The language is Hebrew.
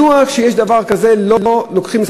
מדוע כשיש דבר כזה לא לוקחים,